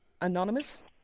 Anonymous